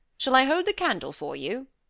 shall i hold the candle for you?